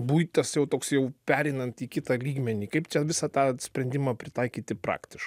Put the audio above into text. bui tas jau toks jau pereinant į kitą lygmenį kaip čia visą tą sprendimą pritaikyti praktiškai